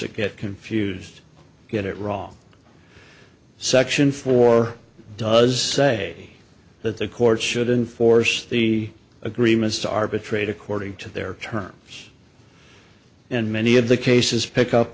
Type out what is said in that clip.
corsica get confused get it wrong section four does say that the courts should enforce the agreements to arbitrate according to their terms and many of the cases pick up